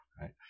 right